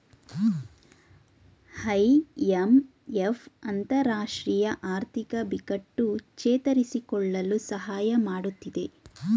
IMF ಅಂತರರಾಷ್ಟ್ರೀಯ ಆರ್ಥಿಕ ಬಿಕ್ಕಟ್ಟು ಚೇತರಿಸಿಕೊಳ್ಳಲು ಸಹಾಯ ಮಾಡತ್ತಿದೆ